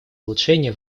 улучшения